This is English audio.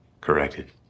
Corrected